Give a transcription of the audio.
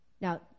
Now